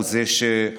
הוא זה שמאשר,